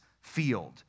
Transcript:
field